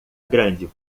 grande